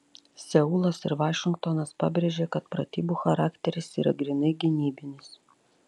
seulas ir vašingtonas pabrėžė kad pratybų charakteris yra grynai gynybinis